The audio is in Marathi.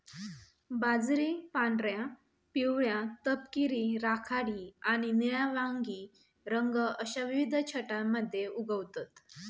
बाजरी पांढऱ्या, पिवळ्या, तपकिरी, राखाडी आणि निळ्या वांगी रंग अश्या विविध छटांमध्ये उगवतत